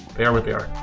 they are what they are.